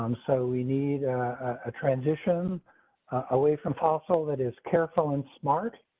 um so we need a transition away from fossil. that is careful and smart.